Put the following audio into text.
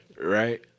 right